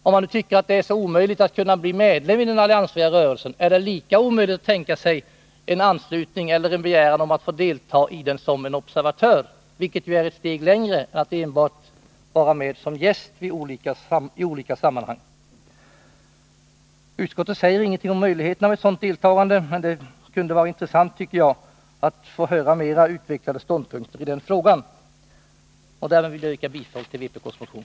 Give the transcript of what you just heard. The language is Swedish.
Om man nu tycker att det är omöjligt att bli medlem i den alliansfria rörelsen, är det lika omöjligt att tänka sig en begäran om att få delta i den som observatör? Det är ju ett steg längre än att enbart vara med som gäst i olika sammanhang. Utskottet säger ingenting om möjligheterna till ett sådant deltagande. Jag tycker att det kunde vara intressant att av utskottets talesman få höra mera utvecklade synpunkter i den frågan. Därmed vill jag yrka bifall till vpk:s motion.